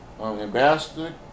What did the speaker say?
Ambassador